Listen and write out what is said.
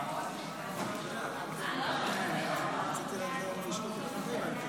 תודה רבה, אדוני היושב-ראש.